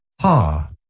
Ha